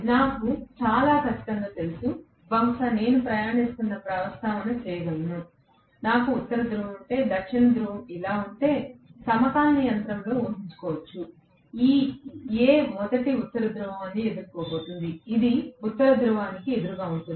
నాకు చాలా ఖచ్చితంగా తెలుసు బహుశా నేను ప్రయాణిస్తున్న ప్రస్తావన చేయగలను నాకు ఉత్తర ధ్రువం ఉంటే దక్షిణ ధ్రువం ఇలా ఉంటే సమకాలీన యంత్రంలో ఊహించు కోవచ్చు ఈ A మొదటి ఉత్తర ధ్రువాన్ని ఎదుర్కోబోతోంది ఇది ఉత్తర ధ్రువానికి ఎదురుగా ఉంటుంది